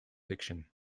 fiction